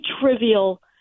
trivial